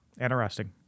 interesting